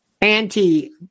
anti